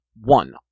one